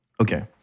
Okay